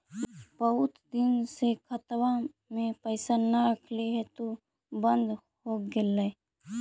बहुत दिन से खतबा में पैसा न रखली हेतू बन्द हो गेलैय?